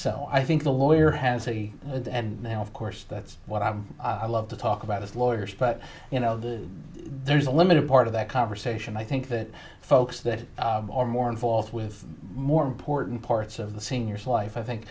so i think the lawyer has a good and then of course that's what i love to talk about as lawyers but you know the there's a limited part of that conversation i think that folks that are more involved with more important parts of the seniors life i think